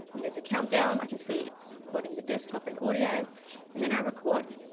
and there's a countdown. i can see it's recording the desktop and audio and then i record.